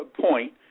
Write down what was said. point